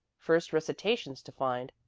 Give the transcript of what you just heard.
first recitations to find,